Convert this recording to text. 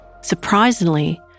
Surprisingly